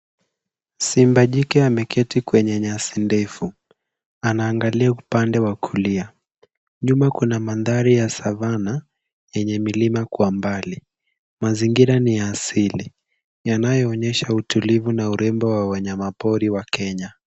Simba jike ameketi kwenye nyasi ndefu, anaangalia upande wa kulia. Nyuma kuna mandhari ya savana yenye milima kwa mbali. Mazingira ni ya asili yanayoonyesha utulivu na urembo wa wanyama pori wa Kenya.